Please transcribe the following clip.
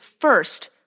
first